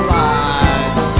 lights